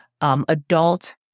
adult